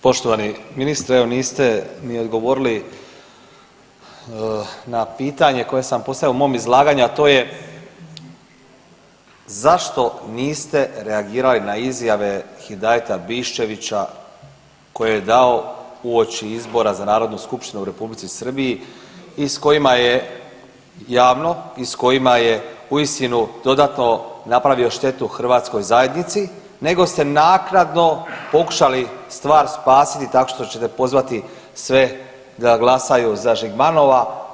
Poštovani ministre evo niste mi odgovorili na pitanje koje sam postavio u mom izlaganju, a to je zašto niste reagirali na izjave Hidajeta Biščevića koje je dao uoči izbora za Narodnu skupštinu u Republici Srbiji i s kojima je, javno, i s kojima je uistinu dodatno napravio štetu hrvatskoj zajednici nego ste naknadno pokušali stvar spasiti tako što ćete pozvati sve da glasaju za Žigmanova.